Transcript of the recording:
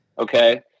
okay